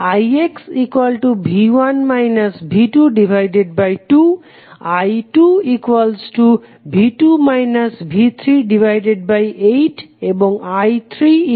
ixV1 V22 I2 V2 V38 এবং I3V24